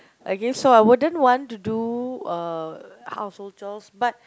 okay so I wouldn't want to do uh household chores but